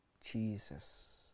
Jesus